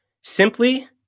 simply